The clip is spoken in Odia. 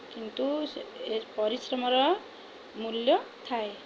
କିନ୍ତୁ ସେ ଏ ପରିଶ୍ରମର ମୂଲ୍ୟ ଥାଏ